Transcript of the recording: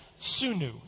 sunu